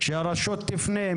שהרשות תפנה?